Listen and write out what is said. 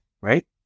right